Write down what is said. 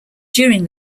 during